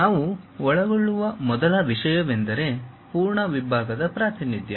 ನಾವು ಒಳಗೊಳ್ಳುವ ಮೊದಲ ವಿಷಯವೆಂದರೆ ಪೂರ್ಣ ವಿಭಾಗದ ಪ್ರಾತಿನಿಧ್ಯ